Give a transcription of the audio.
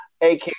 ak